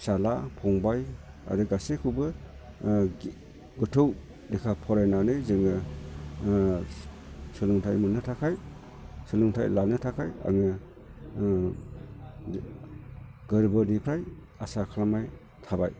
फिसाज्ला फंबाय आरो गासैखौबो गोथौ लेखा फरायनानै जोङो सोलोंथाय मोननो थाखाय सोलोंथाय लानो थाखाय आङो गोरबोनिफ्राय आसा खालामनाय थाबाय